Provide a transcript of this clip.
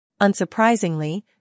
Unsurprisingly